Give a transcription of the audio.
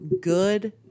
good